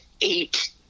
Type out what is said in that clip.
eight